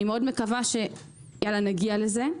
אני מקווה מאוד שנגיע לזה.